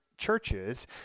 Churches